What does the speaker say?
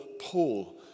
Paul